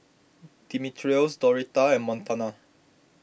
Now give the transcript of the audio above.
Dimitrios Doretta and Montana